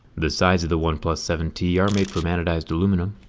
the sides of the oneplus seven t are made from anodized aluminum.